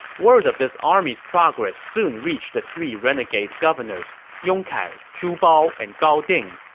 word of this army's progress soon reached the three renegade governors yong kai, zhu bao, and gao ding.